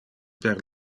per